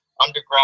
underground